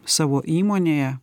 savo įmonėje